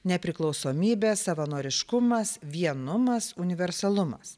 nepriklausomybė savanoriškumas vienumas universalumas